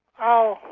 oh,